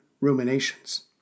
ruminations